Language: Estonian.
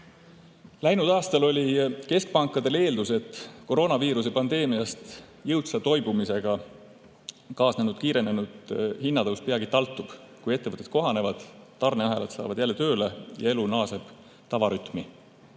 Läinud aastal oli keskpankadel eeldus, et koroonaviiruse pandeemiast jõudsa toibumisega kaasnenud kiirenenud hinnatõus peagi taltub, kui ettevõtted kohanevad, tarneahelad saavad jälle tööle ja elu naaseb tavarütmi.